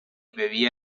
bebía